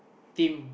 team